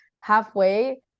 halfway